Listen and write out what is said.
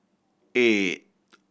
eight